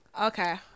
Okay